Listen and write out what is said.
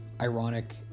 ironic